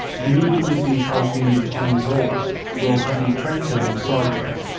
doing it with the health unit on the wall will have the trade terminal sideways,